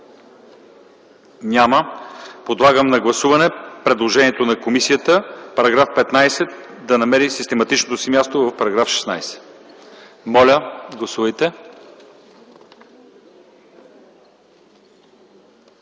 Няма. Подлагам на гласуване предложението на комисията § 15 да намери систематичното си място в § 16. Моля, гласувайте.